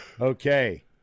okay